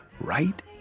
right